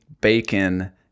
bacon